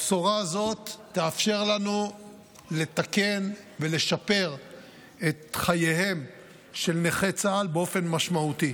הבשורה הזאת תאפשר לנו לתקן ולשפר את חייהם של נכי צה"ל באופן משמעותי.